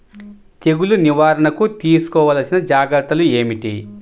తెగులు నివారణకు తీసుకోవలసిన జాగ్రత్తలు ఏమిటీ?